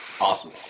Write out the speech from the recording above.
Awesome